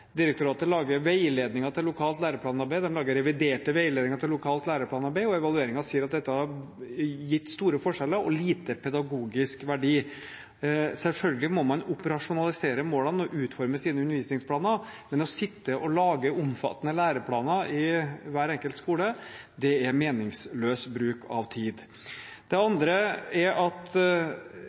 Direktoratet lager veiledninger til lokalt læreplanarbeid, de lager reviderte veiledninger til lokalt læreplanarbeid, og evalueringen viser at dette har gitt store forskjeller og har hatt liten pedagogisk verdi. Selvfølgelig må man operasjonalisere målene og utforme sine undervisningsplaner, men å sitte og lage omfattende læreplaner ved hver enkelt skole er en meningsløs bruk av tid. Det andre er at